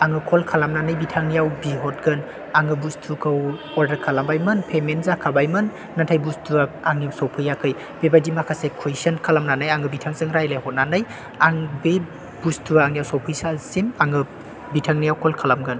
आङो कल खालामनानै बिथांनियाव बिहतगोन आङो बुस्तुखौ अर्डार खालामबायमोन पेमेन्ट जाखाबायमोन नाथाय बुस्तुआ आंनियाव सौफैयाखै बेबायदि माखासे कुइशन खालामनानै आङो बिथांजों रायलाय हरनानै आं बे बुस्तुआ आंनियाव सौफैसासिम आङो बिथांनियाव कल खालामगोन